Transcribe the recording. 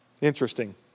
Interesting